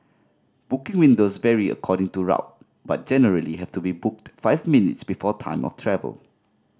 booking windows vary according to route but generally have to be booked five minutes before time of travel